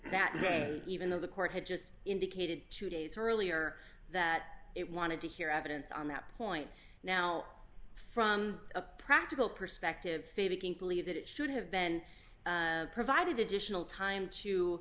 that way even though the court had just indicated two days earlier that it wanted to hear evidence on that point now from a practical perspective faking believe that it should have been provided additional time to